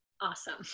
awesome